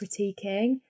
critiquing